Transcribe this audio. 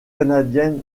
canadienne